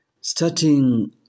Starting